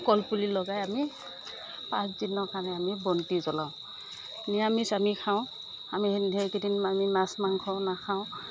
কলপুলি লগাই আমি পাঁচ দিনৰ কাৰণে আমি বন্তি জ্বলাওঁ নিৰামিষ আমি খাওঁ আমি সেইকেইদিন আমি মাছ মাংস নাখাওঁ